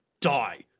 die